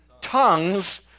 tongues